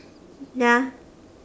ya